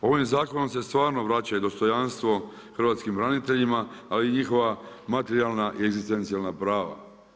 Ovim zakonom se stvarno vraća dostojanstvo hrvatskim braniteljima ali i njihova materijalna i egzistencijalna prava.